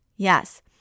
Yes